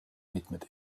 mitmed